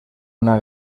una